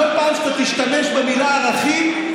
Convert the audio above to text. בכל פעם שתשתמש במילה "ערכים",